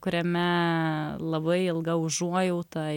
kuriame labai ilga užuojauta